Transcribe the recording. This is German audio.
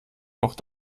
auch